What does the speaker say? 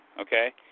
okay